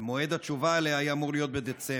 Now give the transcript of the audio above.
ומועד התשובה עליה היה אמור להיות בדצמבר.